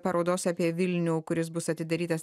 parodos apie vilnių kuris bus atidarytas